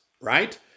right